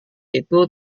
itu